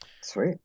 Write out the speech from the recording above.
sweet